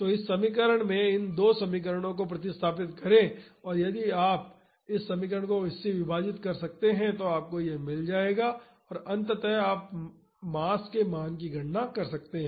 तो इस समीकरण में इन दो समीकरणों को प्रतिस्थापित करें और यदि आप इस समीकरण को इससे विभाजित कर सकते हैं तो आपको यह मिल जाएगा और अंततः आप मास के मान की गणना कर सकते हैं